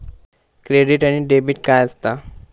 Credit आणि debit काय असता?